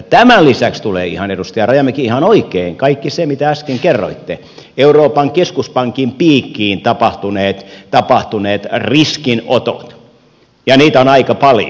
tämän lisäksi tulee edustaja rajamäki ihan oikein kaikki se mitä äsken kerroitte euroopan keskuspankin piikkiin tapahtuneet riskinotot ja niitä on aika paljon